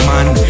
Man